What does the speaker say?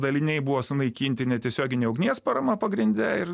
daliniai buvo sunaikinti netiesiogine ugnies parama pagrinde ir